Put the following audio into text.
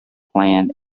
plan